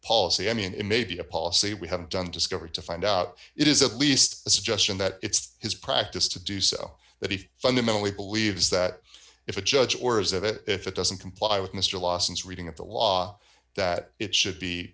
policy i mean it may be a policy we haven't done discovery to find out it is at least a suggestion that it's his practice to do so that he fundamentally believes that if a judge orders of it if it doesn't comply with mr lawson's reading of the law that it should be